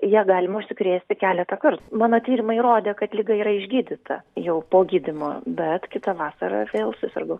ja galima užsikrėsti keletą kartų mano tyrimai rodė kad liga yra išgydyta jau po gydymo bet kitą vasarą vėl susirgau